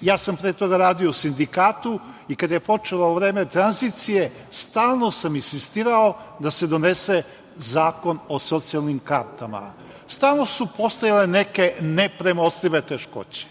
Pre toga sam radio u sindikatu. Kada je počelo vreme tranzicije stalno sam insistirao da se donese zakon o socijalnim kartama. Stalno su postojale neke nepremostive teškoće.